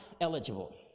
eligible